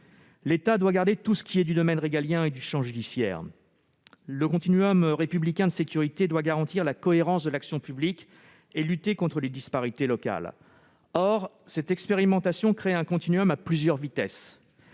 L'État doit garder tout ce qui est du domaine régalien et du champ judiciaire. Le continuum républicain de sécurité doit garantir la cohérence de l'action publique et lutter contre les disparités locales. Or cette expérimentation crée un continuum à plusieurs vitesses,